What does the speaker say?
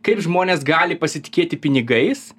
kaip žmonės gali pasitikėti pinigais